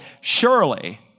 Surely